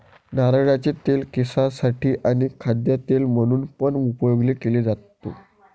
नारळाचे तेल केसांसाठी आणी खाद्य तेल म्हणून पण उपयोग केले जातो